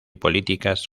políticas